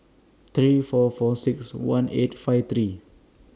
three four four six one eight five three